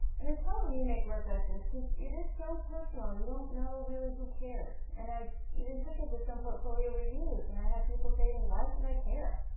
and it's hard when you make work like this cause it is so personal, you don't know really who cares. and i even took it to some portfolio reviews and i had people say to me why should i care?